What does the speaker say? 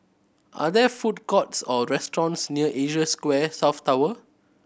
are there food courts or restaurants near Asia Square South Tower